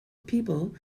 people